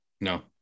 No